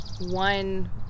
one